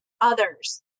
others